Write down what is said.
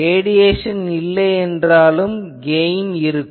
radiation இல்லையென்றாலும் gain இருக்கும்